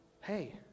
hey